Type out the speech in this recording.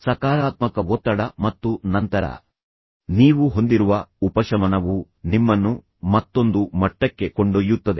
ಸಕಾರಾತ್ಮಕ ಒತ್ತಡ ಮತ್ತು ನಂತರ ನೀವು ಹೊಂದಿರುವ ಉಪಶಮನವು ನಿಮ್ಮನ್ನು ಮತ್ತೊಂದು ಮಟ್ಟಕ್ಕೆ ಕೊಂಡೊಯ್ಯುತ್ತದೆ